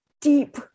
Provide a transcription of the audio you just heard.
deep